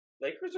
Lakers